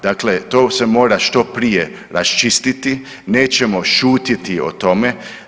Dakle, to se mora što prije raščistiti, nećemo šutjeti o tome.